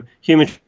human